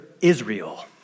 Israel